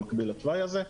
במקביל לתוואי הזה,